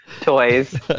toys